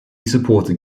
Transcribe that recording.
supported